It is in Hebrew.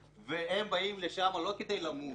והם באים לשם לא כדי למות.